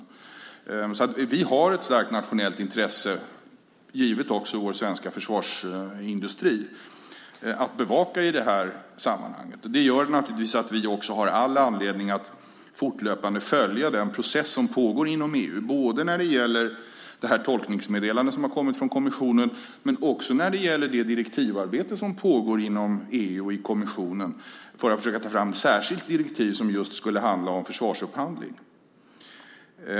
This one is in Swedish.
Vi har ett starkt nationellt intresse, också givet vår svenska försvarsindustri, att bevaka i det här sammanhanget. Det gör att vi också har all anledning att fortlöpande följa den process som pågår inom EU. Det gäller det tolkningsmeddelande som har kommit från kommissionen. Men det gäller också det direktivarbete som pågår inom EU och i kommissionen för att försöka ta fram ett särskilt direktiv som just skulle handla om försvarsupphandling.